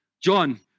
John